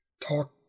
talk